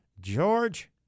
George